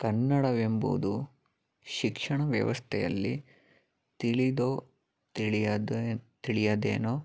ಕನ್ನಡವೆಂಬುದು ಶಿಕ್ಷಣ ವ್ಯವಸ್ಥೆಯಲ್ಲಿ ತಿಳಿದೋ ತಿಳಿಯದೇ ತಿಳಿಯದೇನೋ